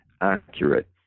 accurate